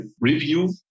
review